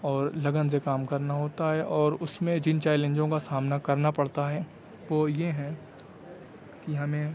اور لگن سے کام کرنا ہوتا ہے اور اس میں جن چیلنجوں کا سامنا کرنا پڑتا ہے وہ یہ ہیں کہ ہمیں